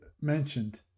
mentioned